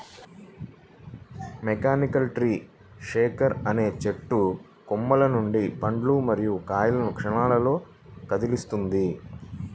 mechanical tree shaker అనేది చెట్టు కొమ్మల నుండి పండ్లు మరియు కాయలను క్షణాల్లో కదిలిస్తుంది